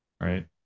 right